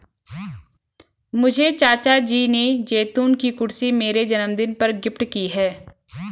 मुझे चाचा जी ने जैतून की कुर्सी मेरे जन्मदिन पर गिफ्ट की है